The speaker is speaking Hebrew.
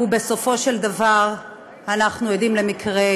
ובסופו של דבר אנחנו עדים למקרים